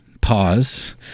Pause